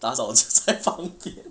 打扫才才方便